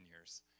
years